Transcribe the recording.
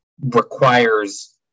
requires